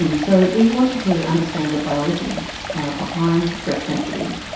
and so we wanted to understand the biology behind breast density,